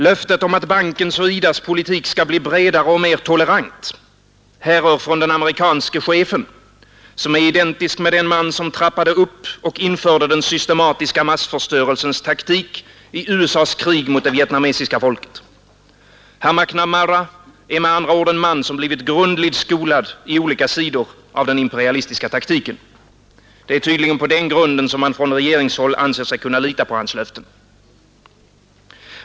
Löftet om att bankens och IDA:s politik skall bli bredare och mer tolerant härrör från den amerikanske chefen, som är identisk med den man som trappade upp och införde den systematiska massförstörelsens taktik i USA:s krig mot det vietnamesiska folket. Herr McNamara är med andra ord en man som blivit grundligt skolad i olika sidor av den imperialistiska taktiken. Det är tydligen på den grunden som man från regeringshåll anser sig kunna lita på hans löften.